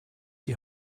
die